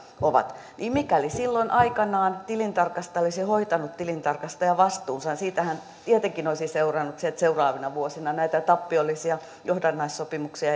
ovat niin mikäli silloin aikanaan tilintarkastaja olisi hoitanut tilintarkastajavastuunsa siitähän tietenkin olisi seurannut se että seuraavina vuosina näitä tappiollisia johdannaissopimuksia